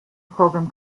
program